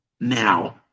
Now